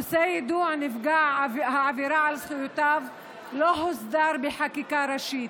נושא יידוע נפגע העבירה על זכויותיו לא הוסדר בחקיקה ראשית,